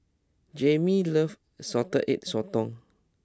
Jaimee loves Salted Egg Sotong